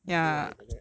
evil eh like that